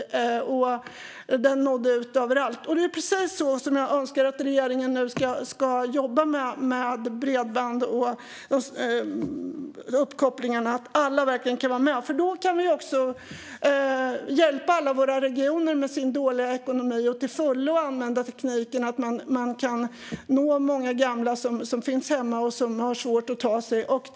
Den nådde ut överallt. Det är precis så jag önskar att regeringen nu ska jobba med bredband och uppkoppling: Alla ska kunna vara med. Då kan vi också hjälpa alla våra regioner med deras dåliga ekonomi och till fullo använda tekniken så att man kan nå många gamla som finns hemma och har svårt att ta sig någonstans.